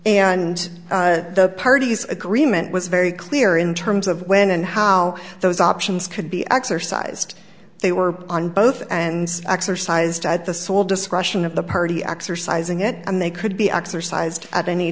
and the parties agreement was very clear in terms of when and how those options could be exercised they were on both ends exercised at the sole discretion of the party exercising it and they could be exercised at any